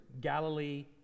Galilee